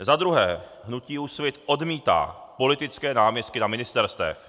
Za druhé, hnutí Úsvit odmítá politické náměstky na ministerstvech.